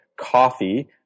coffee